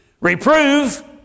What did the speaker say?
Reprove